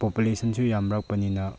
ꯄꯣꯄꯨꯂꯦꯁꯟꯁꯨ ꯌꯥꯝꯂꯛꯄꯅꯤꯅ